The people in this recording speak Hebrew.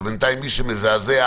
אבל בינתיים מי שמזעזע